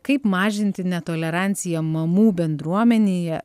kaip mažinti netoleranciją mamų bendruomenėje